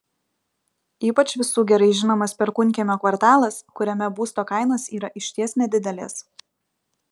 ypač visų gerai žinomas perkūnkiemio kvartalas kuriame būsto kainos yra išties nedidelės